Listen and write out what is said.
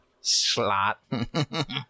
slot